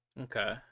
Okay